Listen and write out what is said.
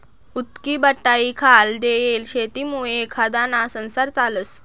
उक्तीबटाईखाल देयेल शेतीमुये एखांदाना संसार चालस